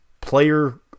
player